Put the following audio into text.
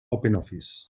openoffice